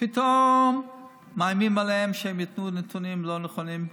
פתאום מאיימים עליהם שהם ייתנו נתונים לא נכונים,